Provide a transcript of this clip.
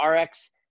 RX